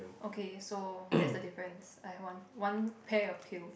okay so that's the difference I have one one pair of pills